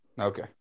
Okay